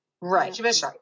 Right